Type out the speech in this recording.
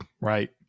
Right